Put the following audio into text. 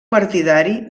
partidari